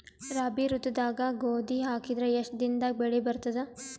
ರಾಬಿ ಋತುದಾಗ ಗೋಧಿ ಹಾಕಿದರ ಎಷ್ಟ ದಿನದಾಗ ಬೆಳಿ ಬರತದ?